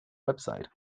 website